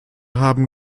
haben